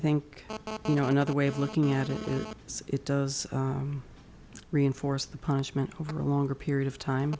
think you know another way of looking at it it does reinforce the punishment over a longer period of time